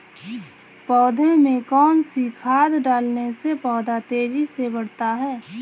पौधे में कौन सी खाद डालने से पौधा तेजी से बढ़ता है?